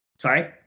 sorry